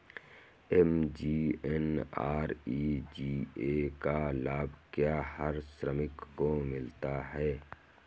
MGNREGA का लाभ क्या हर श्रमिक को मिलता है?